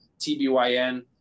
TBYN